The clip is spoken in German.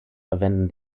verwenden